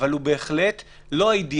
אבל הוא בהחלט לא האידאל.